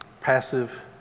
Passive